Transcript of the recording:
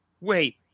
wait